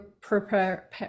prepare